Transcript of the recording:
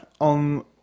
on